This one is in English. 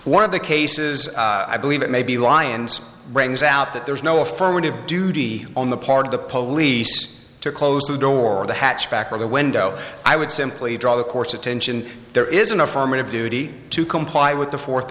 one of the cases i believe it may be lions brings out that there's no affirmative duty on the part of the police to close the door or the hatchback or the window i would simply draw the court's attention there is an affirmative duty to comply with the fourth